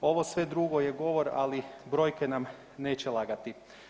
Ovo sve drugo je govor, ali brojke nam neće lagati.